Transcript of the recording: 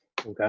Okay